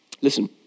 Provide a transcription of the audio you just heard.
Listen